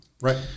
Right